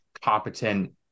competent